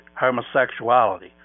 homosexuality